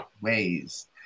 ways